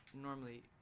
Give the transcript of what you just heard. normally